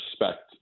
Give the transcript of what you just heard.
respect